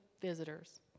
visitors